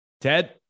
Ted